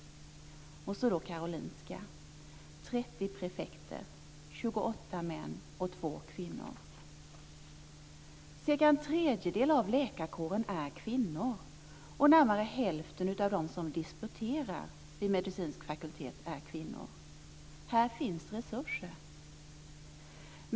Och så har vi då Karolinska: 30 prefekter, varav Cirka en tredjedel av läkarkåren är kvinnor, och närmare hälften av dem som disputerar vid medicinsk fakultet är kvinnor. Här finns resurser.